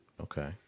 Okay